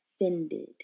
offended